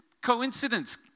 coincidence